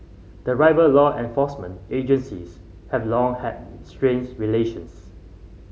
the rival law enforcement agencies have long had strains relations